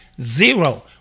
Zero